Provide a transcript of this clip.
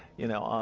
you know?